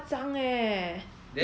then